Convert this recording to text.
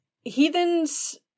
Heathens